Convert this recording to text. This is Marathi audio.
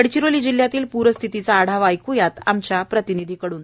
गडचिरोली जिल्ह्यातील प्रस्थितीचा आढावा ऐकूयात आमच्या प्रतिनिधींकडून